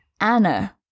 anna